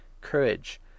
courage